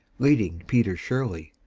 leading peter shirley,